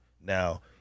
Now